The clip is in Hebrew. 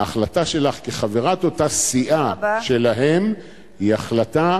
ההחלטה שלך כחברת אותה סיעה שלהם היא החלטה